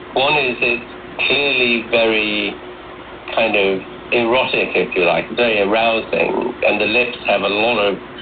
one is it's clearly very kind of erotic, if you like, very arousing, and the lips have a lot of